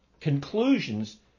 Conclusions